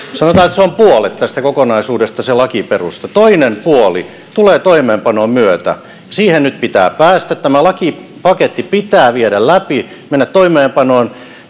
se lakiperusta on puolet tästä kokonaisuudesta toinen puoli tulee toimeenpanon myötä siihen nyt pitää päästä tämä lakipaketti pitää viedä läpi mennä toimeenpanoon